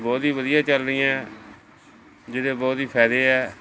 ਬਹੁਤ ਹੀ ਵਧੀਆ ਚੱਲ ਰਹੀਆਂ ਜਿਹਦੇ ਬਹੁਤ ਹੀ ਫਾਇਦੇ ਆ